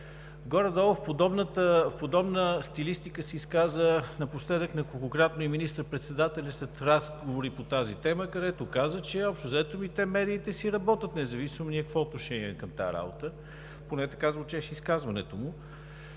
Горе-долу в подобна стилистика се изказа напоследък неколкократно и министър-председателят след разговори по тази тема, където каза, че общо взето те, медиите, си работят, независимо ние какво отношение имаме към тази работа. Поне така си звучеше изказването му.